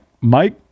Mike